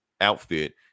outfit